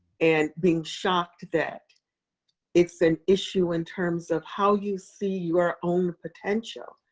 and being shocked that it's an issue in terms of how you see your own potential,